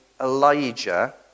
Elijah